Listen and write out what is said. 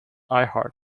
iheart